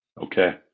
okay